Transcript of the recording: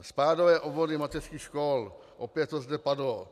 Spádové obvody mateřských škol opět to zde padlo.